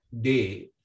day